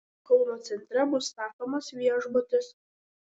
kauno centre bus statomas viešbutis